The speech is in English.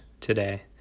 today